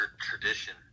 tradition